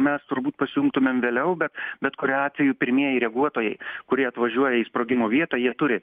mes turbūt pasijungtumėm vėliau bet bet kuriuo atveju pirmieji reaguotojai kurie atvažiuoja į sprogimo vietą jie turi